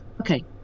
okay